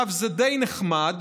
זה די נחמד,